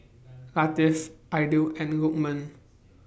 Latif Aidil and Lokman